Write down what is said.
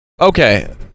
Okay